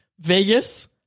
Vegas